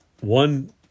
one